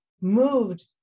moved